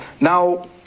Now